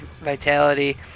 vitality